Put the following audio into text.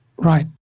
Right